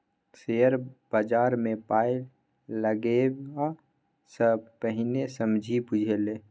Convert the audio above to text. share बजारमे पाय लगेबा सँ पहिने समझि बुझि ले